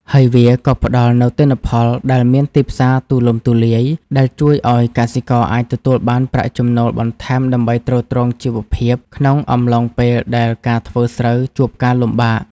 ហើយវាក៏ផ្ដល់នូវទិន្នផលដែលមានទីផ្សារទូលំទូលាយ ដែលជួយឱ្យកសិករអាចទទួលបានប្រាក់ចំណូលបន្ថែមដើម្បីទ្រទ្រង់ជីវភាពក្នុងអំឡុងពេលដែលការធ្វើស្រូវជួបការលំបាក។